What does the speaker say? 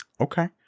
okay